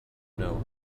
know